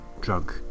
drug